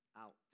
out